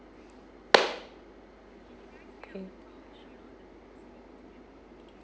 okay